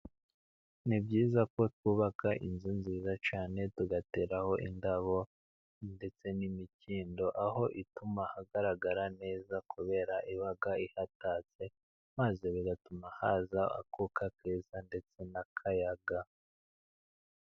Ni byiza ko twubaka inzu nziza cyane tugateraho indabo ndetse n'imikindo, aho ituma hagaragara neza kubera ko iba ihatatse, maze bigatuma haza akuka keza ndetse n'akayaga.